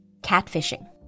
catfishing